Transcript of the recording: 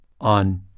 on